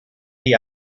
die